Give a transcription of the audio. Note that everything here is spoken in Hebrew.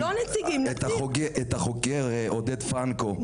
את החוקר עודד פרנקו,